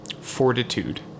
Fortitude